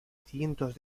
cientos